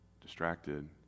distracted